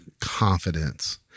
confidence